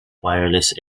wireless